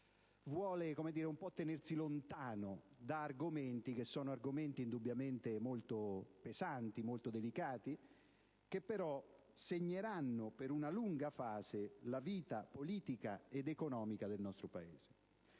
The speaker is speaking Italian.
vuole tenersi un po' lontano da argomenti indubbiamente molto pesanti e molto delicati, che però segneranno per una lunga fase la vita politica e economica del nostro Paese.